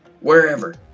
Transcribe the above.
wherever